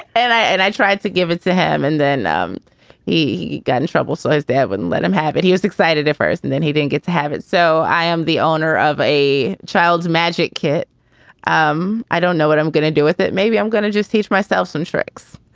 and i and i tried to give it to him and then um he he got in trouble so his dad wouldn't let him have it. he was excited at first and then he didn't get to have it. so i am the owner of a child's magic kit um i don't know what i'm going to do with it. maybe i'm gonna just teach myself some tricks